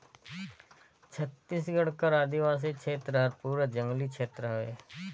छत्तीसगढ़ कर आदिवासी छेत्र हर पूरा जंगली छेत्र हवे